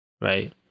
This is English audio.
right